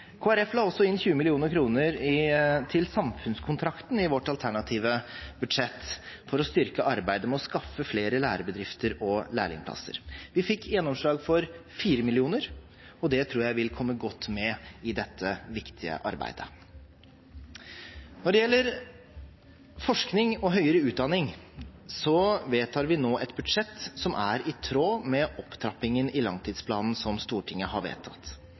la også inn 20 mill. kr til Samfunnskontrakten i vårt alternative budsjett, for å styrke arbeidet med å skaffe flere lærebedrifter og lærlingplasser. Vi fikk gjennomslag for 4 mill. kr, og det tror jeg vil komme godt med i dette viktige arbeidet. Når det gjelder forskning og høyere utdanning, vedtar vi nå et budsjett som er i tråd med opptrappingen i langtidsplanen som Stortinget har vedtatt.